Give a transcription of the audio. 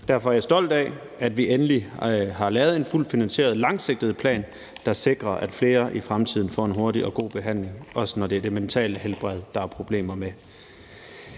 Derfor er jeg stolt af, at vi endelig har lavet en fuldt finansieret og langsigtet plan, der sikrer, at flere i fremtiden får en hurtig og god behandling, også når det er det mentale helbred, der er problemer med.